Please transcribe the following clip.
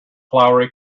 flowery